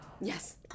Yes